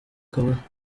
kavuze